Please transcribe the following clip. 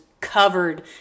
covered